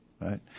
Right